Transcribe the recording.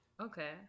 Okay